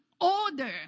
order